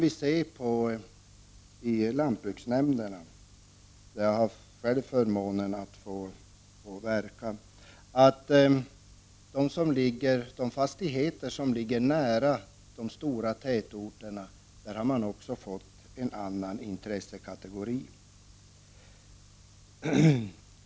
I lantbruksnämnden, där jag själv haft förmånen att få verka, kan man se att de fastigheter som ligger nära de stora tätorterna har fått en annan intressekategori.